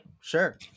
sure